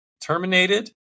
terminated